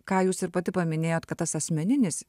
ką jūs ir pati paminėjot kad tas asmeninis